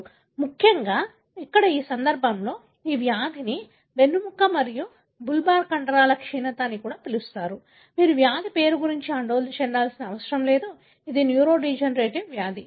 ముఖ్యంగా ఇక్కడ ఈ సందర్భంలో ఈ వ్యాధిని వెన్నెముక మరియు బుల్బార్ కండరాల క్షీణత అని పిలుస్తారు మీరు వ్యాధి పేరు గురించి ఆందోళన చెందాల్సిన అవసరం లేదు కానీ అది న్యూరోడెజెనరేటివ్ వ్యాధి